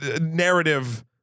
narrative